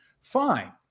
fine